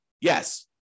Yes